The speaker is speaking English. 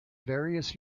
various